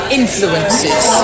influences